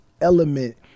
element